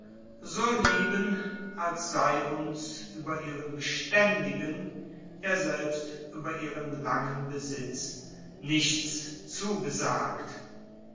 so lieben als sei uns über ihren beständigen ja selbst über ihren langen besitz nichts zugesagt